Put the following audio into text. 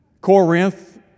Corinth